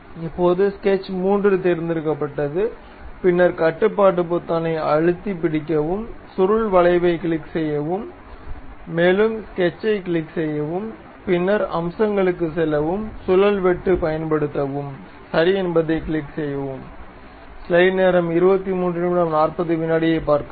இப்போது ஸ்கெட்ச் 3 தேர்ந்தெடுக்கப்பட்டது பின்னர் கட்டுப்பாட்டு பொத்தானை அழுத்திப் பிடிக்கவும் சுருள் வளைவைக் கிளிக் செய்யவும் மேலும் ஸ்கெட்சை கிளிக் செய்யவும் பின்னர் அம்சங்களுக்குச் செல்லவும் சுழல் வெட்டு பயன்படுத்தவும் சரி என்பதைக் கிளிக் செய்யவும்